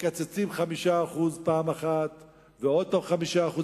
מקצצים 5% פעם אחת ועוד פעם 5%,